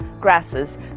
grasses